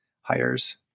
hires